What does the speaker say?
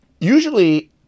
Usually